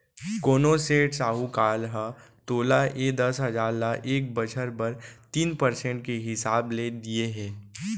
कोनों सेठ, साहूकार ह तोला ए दस हजार ल एक बछर बर तीन परसेंट के हिसाब ले दिये हे?